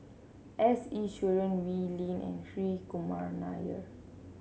S Iswaran Wee Lin and Hri Kumar Nair